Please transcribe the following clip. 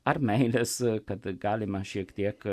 ar meilės kad galima šiek tiek